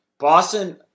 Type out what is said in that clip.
Boston